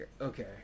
Okay